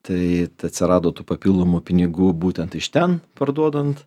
tai atsirado tų papildomų pinigų būtent iš ten parduodant